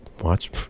watch